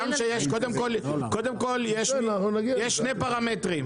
קודם כל יש שני פרמטרים.